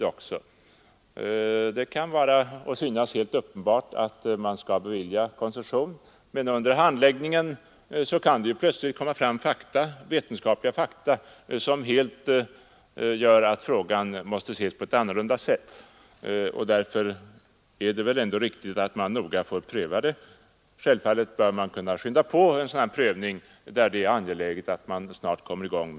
Det kan vid en tidpunkt vara till synes helt uppenbart att koncesssion kommer att lämnas, men under handläggningen kan det plötsligt komma fram vetenskapliga fakta, som gör att frågan senare måste ses på ett helt annat sätt. Därför är det väl ändå riktigt att frågan prövas ordentligt utan någon form av preliminärt beslut. Självfallet bör man kunna skynda på en sådan prövning i fall där det är angeläget att arbetet snabbt kommer i gång.